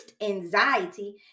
anxiety